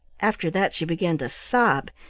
after that she began to sob,